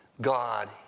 God